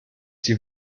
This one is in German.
die